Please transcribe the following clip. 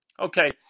Okay